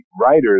writers